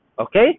okay